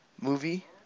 movie